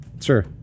sure